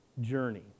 journey